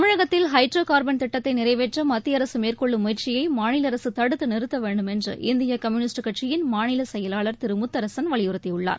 தமிழகத்தில் hydrocarbon திட்டத்தை நிறைவேற்ற மத்திய அரசு மேற்கொள்ளும் முயற்சியை மாநில அரசு தடுத்து நிறுத்த வேண்டுமென்று இந்திய கம்யுனிஸ்ட் கட்சியின் மாநில செயலாளர் திரு முத்தரசன் வலியுறுத்தியுள்ளார்